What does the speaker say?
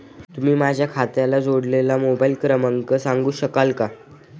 तुम्ही माझ्या खात्याला जोडलेला मोबाइल क्रमांक सांगू शकाल का?